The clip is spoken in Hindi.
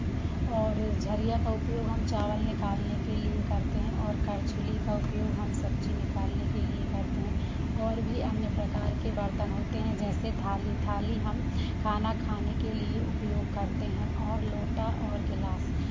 और झरिया का उपयोग हम चावल निकालने के लिए करते हैं और करछुली का उपयोग हम सब्ज़ी निकालने के लिए करते हैं और भी अन्य प्रकार के बर्तन होते हैं जैसे थाली थाली हम खाना खाने के लिए उपयोग करते हैं और लोटा और गिलास